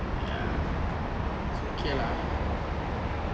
ya so okay lah